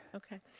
okay.